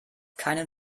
keinen